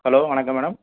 hello வணக்கம் madam